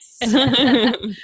Yes